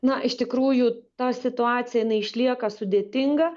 na iš tikrųjų ta situacija išlieka sudėtinga